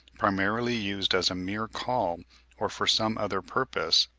primarily used as a mere call or for some other purpose,